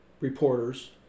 reporters